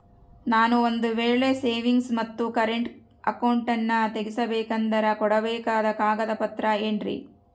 ನಾನು ಒಂದು ವೇಳೆ ಸೇವಿಂಗ್ಸ್ ಮತ್ತ ಕರೆಂಟ್ ಅಕೌಂಟನ್ನ ತೆಗಿಸಬೇಕಂದರ ಕೊಡಬೇಕಾದ ಕಾಗದ ಪತ್ರ ಏನ್ರಿ?